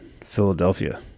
Philadelphia